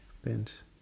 pants